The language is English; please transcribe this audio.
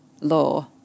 law